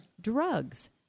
drugs